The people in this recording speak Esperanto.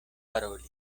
paroli